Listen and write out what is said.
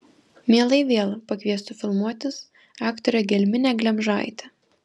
mielai vėl pakviestų filmuotis aktorę gelminę glemžaitę